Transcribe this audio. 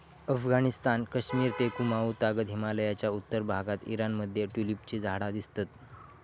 अफगणिस्तान, कश्मिर ते कुँमाउ तागत हिमलयाच्या उत्तर भागात ईराण मध्ये ट्युलिपची झाडा दिसतत